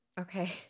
Okay